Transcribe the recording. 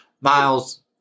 miles